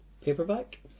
Paperback